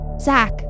Zach